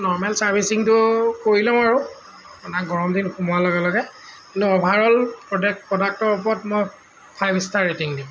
normal ছাৰ্ভিচিঙটো কৰি লওঁ আৰু আমাৰ গৰম দিন সোমোৱাৰ লগে লগে কিন্তু অ'ভাৰঅল প্ৰডাক্ট প্ৰডাক্টৰ ওপৰত মই ফাইভ ষ্টাৰ ৰেটিং দিম